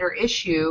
issue